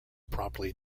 promptly